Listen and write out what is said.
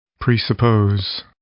Presuppose